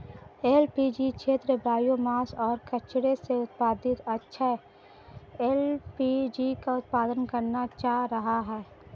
LPG क्षेत्र biomass और कचरे से उत्पादित अक्षय एल.पी.जी का उत्पादन करना चाह रहा है